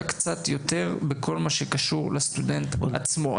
קצת יותר בכל מה קשור לסטודנט עצמו.